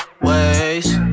ways